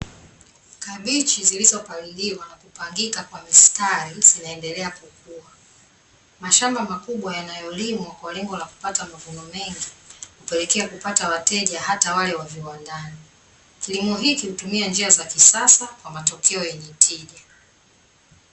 Kabichi zilizopaliliwa na kupangika kwa mistari zinaendelea kukua, mashamba makubwa yanayolimwa kwa lengo la kupata mavuno mengi kupelekea kupata wateja hata wale wa viwandani, kilimo hiki hutumia njia za kisasa kwa matokeo yenye tija.